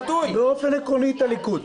לא פעילים מאוד בכירים במפלגה,